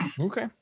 Okay